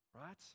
right